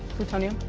plutonium.